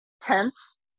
tense